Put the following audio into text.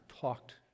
talked